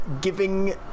giving